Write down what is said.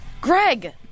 Greg